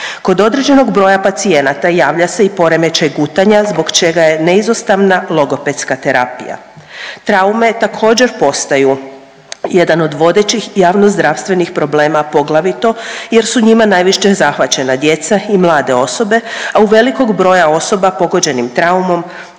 Kod određenog broja pacijenata javlja se i poremećaj gutanja zbog čega je neizostavna logopedska terapija. Traume također postaju jedan od vodećih javnozdravstvenih problema, poglavito jer su njima najviše zahvaćena djeca i mlade osobe, a u velikog broja osoba pogođenim traumom